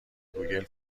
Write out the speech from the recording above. گوگل